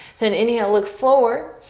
then inhale, look forward.